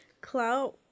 clout